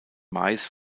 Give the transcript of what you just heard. mais